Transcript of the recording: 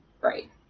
Right